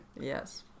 yes